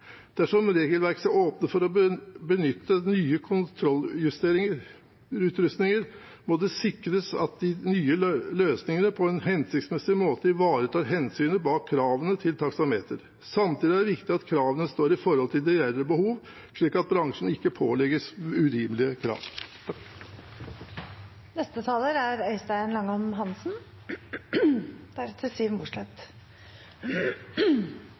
Dersom regelverket skal åpne for å benytte nye kontrollutrustninger, må det sikres at de nye løsningene på en hensiktsmessig måte ivaretar hensynet bak kravene til taksameter. Samtidig er det viktig at kravene står i forhold til de reelle behov, slik at bransjen ikke pålegges urimelig krav.